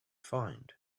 find